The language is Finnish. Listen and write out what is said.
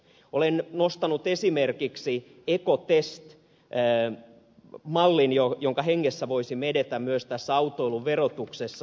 olen nostanut esimerkiksi ekotest mallin jonka hengessä voisimme edetä myös tässä autoilun verotuksessa